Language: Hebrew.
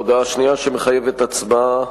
להודעה השנייה שמחייבת הצבעה.